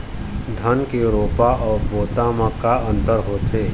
धन के रोपा अऊ बोता म का अंतर होथे?